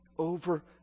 Over